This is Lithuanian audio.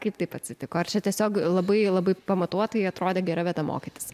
kaip taip atsitiko ar čia tiesiog labai labai pamatuotai atrodė gera vieta mokytis